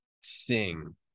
sing